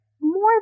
more